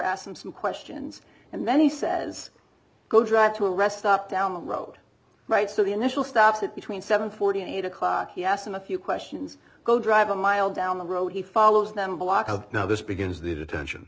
him some questions and then he says go drive to a rest stop down the road right so the initial stops at between seven forty eight o'clock he asked them a few questions go drive a mile down the road he follows them block up now this begins the detention